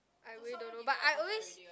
I really don't know but I always